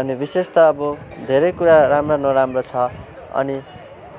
अनि विशेष त अब धेरै कुरा राम्रा नराम्रा छ अनि